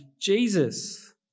Jesus